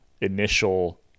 initial